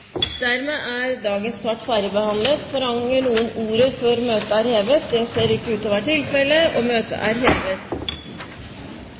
Dermed er dagens kart ferdigbehandlet. Forlanger noen ordet før møtet heves? – Møtet er hevet.